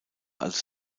als